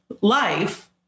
life